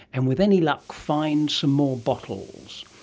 and with any luck find some more bottles,